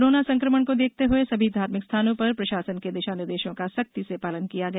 corona संक्रमण को देखते हुए सभी धार्मिक स्थानों पर प्रशासन के दिशानिर्देशों का सख्ती से पालन किया गया